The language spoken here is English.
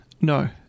No